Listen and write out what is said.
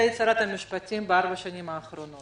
את היית שרת המשפטים בארבע השנים האחרונות.